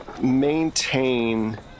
maintain